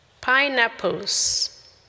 Pineapples